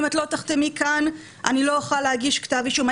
אם לא תחתמי כאן אני לא אוכל להגיש כתב אישום,